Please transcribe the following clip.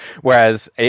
Whereas